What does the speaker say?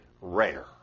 rare